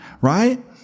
right